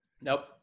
Nope